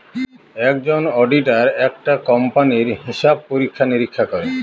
একজন অডিটার একটা কোম্পানির হিসাব পরীক্ষা নিরীক্ষা করে